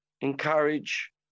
encourage